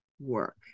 work